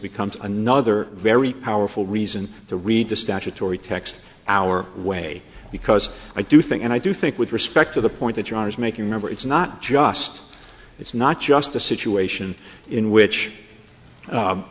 becomes another very powerful reason to read the statutory text our way because i do think and i do think with respect to the point that john is making number it's not just it's not just a situation in which